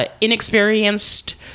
inexperienced